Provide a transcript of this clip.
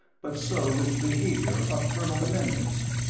but so is the behaviour of colonel menendez.